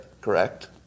Correct